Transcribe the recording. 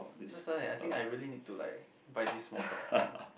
that's why I think I really need to like buy this more thought thing